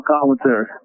commentary